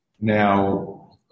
Now